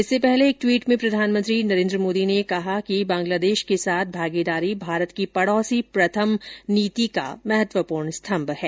इससे पहले एक टवीट में प्रधानमंत्री नरेन्द्र मोदी ने कहा कि बांग्लादेश के साथ भागीदारी भारत की पड़ोसी प्रथम नीति का महत्वपूर्ण स्तम्म है